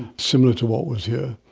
similar to what was here.